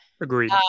Agreed